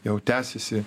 jau tęsiasi